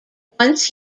once